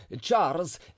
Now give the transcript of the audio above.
Charles